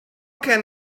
can